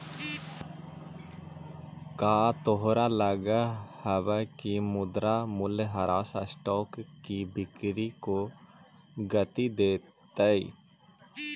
का तोहरा लगअ हवअ की मुद्रा मूल्यह्रास स्टॉक की बिक्री को गती देतई